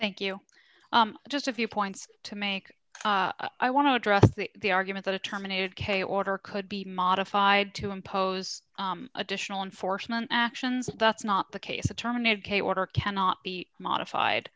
thank you just a few points to make i want to address the argument that a terminated k order could be modified to impose additional enforcement actions that's not the case a terminated k order cannot be modified